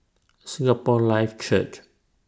Singapore Life Church